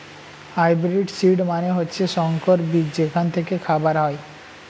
hybrid seed মানে হচ্ছে সংকর বীজ যেখান থেকে খাবার হয়